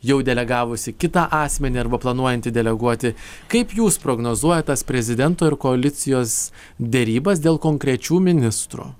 jau delegavusi kitą asmenį arba planuojanti deleguoti kaip jūs prognozuojat tas prezidento ir koalicijos derybas dėl konkrečių ministrų